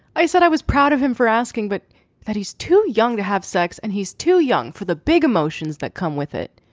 i said i was proud of him for asking but that he's too young to have sex and he's too young for the big emotions that come with it.